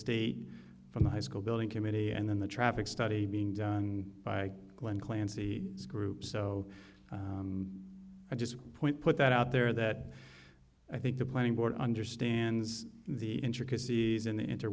state from the high school building committee and then the traffic study being done by glen clancy group so i just point put that out there that i think the planning board understands the intricacies in the inter